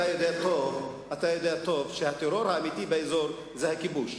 אתה יודע טוב שהטרור האמיתי באזור הוא הכיבוש,